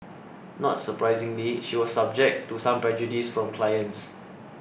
not surprisingly she was subject to some prejudice from clients